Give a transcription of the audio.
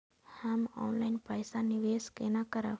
हम ऑनलाइन पैसा निवेश केना करब?